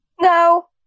No